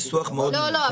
ניסוח מאוד --- לא,